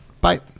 Bye